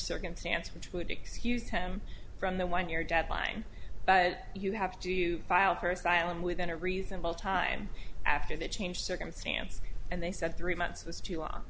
circumstance which would excuse him from the one year deadline but you have to file for asylum within a reasonable time after that change circumstance and they said three months was too long